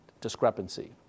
discrepancy